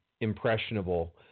impressionable